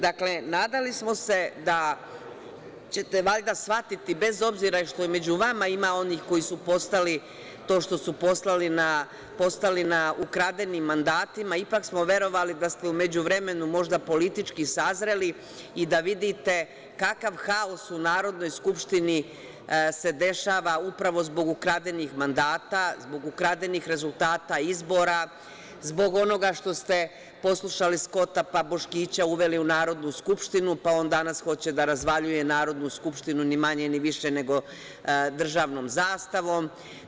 Dakle, nadali smo se da ćete valjda shvatiti, bez obzira što i među vama ima onih koji su postali to što su postali na ukradenim mandatima, ipak smo verovali da ste u međuvremenu politički sazreli i da vidite kakav haos u Narodnoj skupštini se dešava upravo zbog ukradenih mandata, zbog ukradenih rezultata izbora, zbog onoga što se poslušali Skota, pa Boškića uveli u Narodnu skupštinu, pa on danas hoće da razvaljuje Narodnu skupštinu ni manje ni više nego državnom zastavom.